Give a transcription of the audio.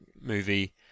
movie